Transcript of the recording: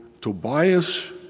Tobias